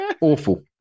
Awful